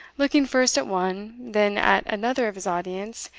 looking first at one then at another of his audience,